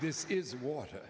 this is water